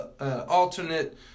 alternate